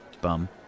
bum